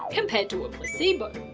compared to a placebo.